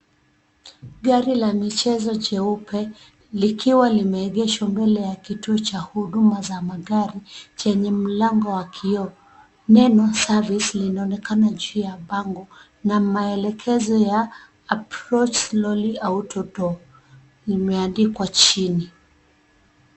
Gari la michezo jeupe likiwa limeegeshwa mbele ya kituo cha huduma za magari chenye mlango wa kioo. Neno service linaonekana juu ya bango na maelekezo ya approach slowly outdoor limeandikwa chini.